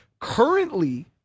currently